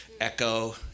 echo